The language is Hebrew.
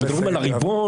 מדברים על הריבון,